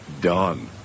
done